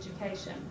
education